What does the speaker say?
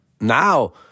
now